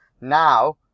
Now